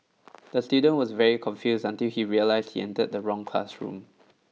the student was very confused until he realised he entered the wrong classroom